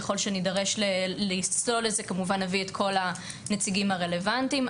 ככל שנידרש לצלול לזה כמובן נביא את כל הציגים הרלוונטיים.